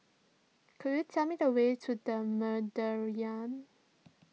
could you tell me the way to the